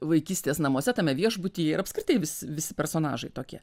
vaikystės namuose tame viešbutyje ir apskritai visi visi personažai tokie